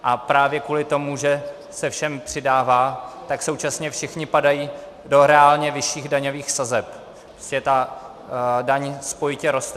A právě kvůli tomu, že se všem přidává, tak současně všichni padají do reálně vyšších daňových sazeb, takže ta daň spojitě roste.